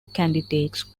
candidates